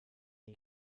die